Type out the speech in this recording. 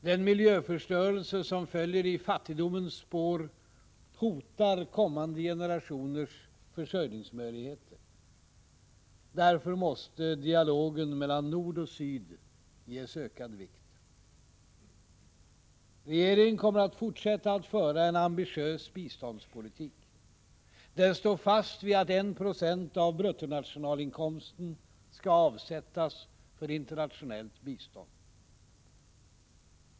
Den miljöförstörelse som följer i fattigdomens spår hotar kommande generationers försörjningsmöjligheter. Därför måste dialogen mellan Nord och Syd ges ökad vikt. Regeringen kommer att fortsätta att föra en ambitiös biståndspolitik. Den står fast vid att I 20 av bruttonationalinkomsten skall avsättas för internationellt bistånd.